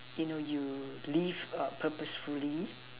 you know you live err purposefully